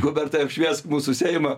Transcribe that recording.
hubertai apšviesk mūsų seimą